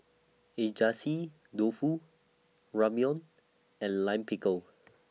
Dofu Ramyeon and Lime Pickle